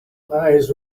eyes